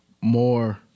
more